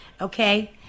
okay